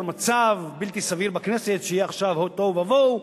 מצב בלתי סביר בכנסת שיהיה עכשיו תוהו ובוהו,